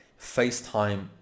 FaceTime